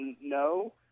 No